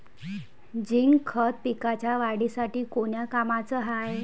Zinc खत पिकाच्या वाढीसाठी कोन्या कामाचं हाये?